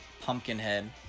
Pumpkinhead